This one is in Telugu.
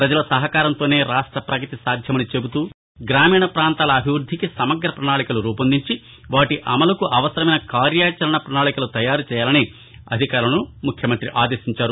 పజల సహకారంతోనే రాష్ట్రపగతి సాధ్యమని ఆయన చెబుతూ గ్రామీణ ప్రాంతాల అభివృద్దికి సమగ్ర ప్రణాళికలు రూపొందించి వాటి అమలుకు అవసరమైన కార్యాచరణ పణాళికలు తయారుచేయాలని అధికారులను ముఖ్యమంతి ఆదేశించారు